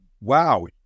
wow